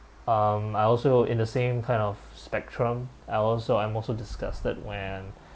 um I also in the same kind of spectrum I also I'm also disgusted when